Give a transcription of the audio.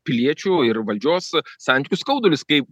piliečių ir valdžios santykių skaudulius kaip